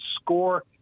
score